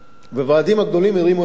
והוועדים הגדולים הרימו את הכפפה